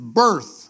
birth